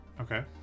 Okay